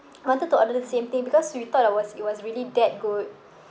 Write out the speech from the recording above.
wanted to order same thing because we thought it was it was really that good